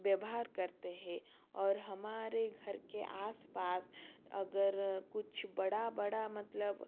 व्यवहार करते हैं और हमारे घर के आस पास अगर कुछ बड़ा बड़ा मतलब